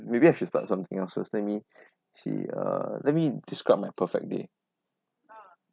maybe I should start something else let me see uh let me describe my perfect day